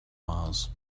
mars